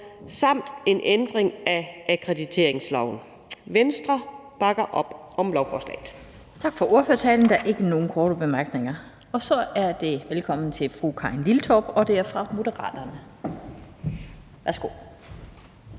samt en ændring af akkrediteringsloven. Venstre bakker op om lovforslaget.